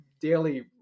daily